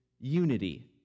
unity